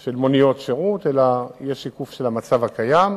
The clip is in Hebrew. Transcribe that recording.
של מוניות שירות, אלא יהיה שיקוף של המצב הקיים.